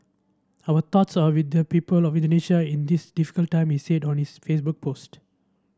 our thoughts are with the people of Indonesia in this difficult time he said on his Facebook post